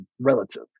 relative